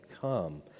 come